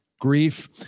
grief